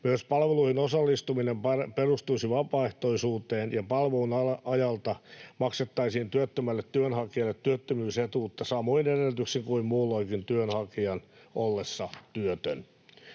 Myös palveluihin osallistuminen perustuisi vapaaehtoisuuteen, ja palvelun ajalta maksettaisiin työttömälle työnhakijalle työttömyysetuutta samoin edellytyksin kuin muulloinkin työnhakijan ollessa työtön.